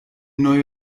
neue